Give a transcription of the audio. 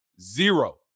Zero